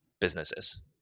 businesses